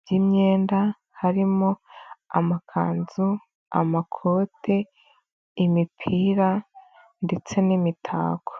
by'imyenda harimo amakanzu, amakote, imipira ndetse n'imitako.